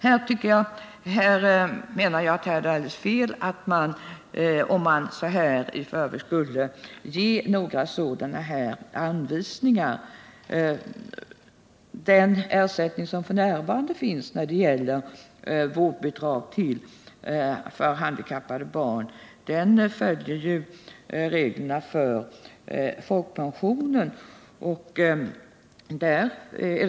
Här menar jag att det är alldeles fel att i förväg ge sådana anvisningar. Den ersättning som f. n. utgår i form av vårdbidrag för handikappade barn följer reglerna för folkpensionen.